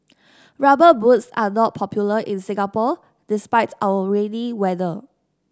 rubber boots are not popular in Singapore despite our rainy weather